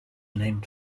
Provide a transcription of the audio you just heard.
named